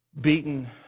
beaten